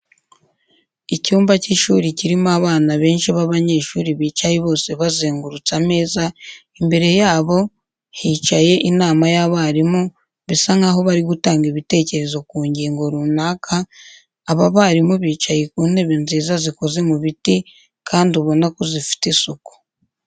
Icyumba cy'ishuri kirimo abana benshi b'abanyeshuri bicaye bose bazengurutse ameza, imbere yabo hicaye inama y'abarimu, bisa nkaho bari gutanga ibitekerezo ku ngingo runaka, aba barimu bicaye ku ntebe nziza zikoze mu biti kandi ubona ko zifite isuku.